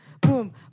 boom